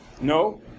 No